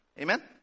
Amen